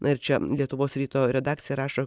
na ir čia lietuvos ryto redakcija rašo